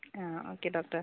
ആ okay doctor